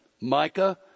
Micah